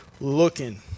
looking